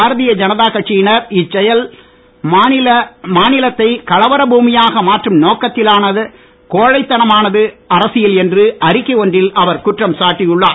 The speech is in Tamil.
பாரதிய ஜனதா கட்சியினர் இச்செயல் மாநிலத்தை கலவர பூமியாக மாற்றும் நோக்கத்திலான கோழைத்தனமான அரசியல் என்று அறிக்கை ஒன்றில் அவர் குற்றம் சாட்டியுள்ளார்